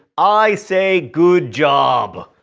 i say good job!